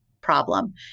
problem